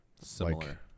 Similar